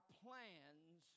plans